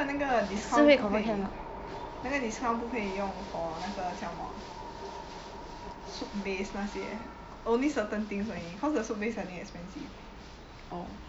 oh but 那个那个 discount 那个 discount 不可以用 for 那个叫什么 soup base 那些 only certain thing only cause the soup base I think expensive